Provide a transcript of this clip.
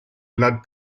blood